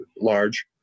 large